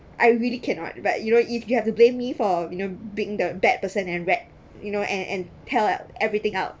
I really cannot but you know if you have to blame me for you know being the bad person and rat you know and and tell everything out